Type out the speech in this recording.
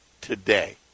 today